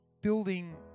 building